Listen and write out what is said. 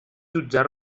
jutjar